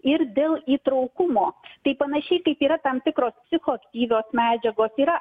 ir dėl įtraukumo tai panašiai kaip yra tam tikros psichoaktyvios medžiagos yra